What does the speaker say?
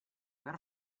per